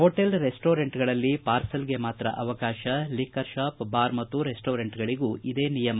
hotel ರೆಸ್ಲೊರೆಂಟ್ಗಳಲ್ಲಿ ಪಾರ್ಸೆಲ್ಗೆ ಮಾತ್ರ ಅವಕಾಶ ಲಿಕ್ಕರ್ ಶಾಪ್ ಬಾರ್ ಮತ್ತು ರೆಸ್ಟೊರೆಂಟ್ಗೂ ಇದೇ ನಿಯಮ